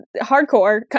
Hardcore